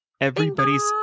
everybody's